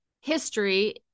history